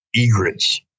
egrets